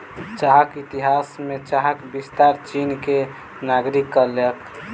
चाहक इतिहास में चाहक विस्तार चीन के नागरिक कयलक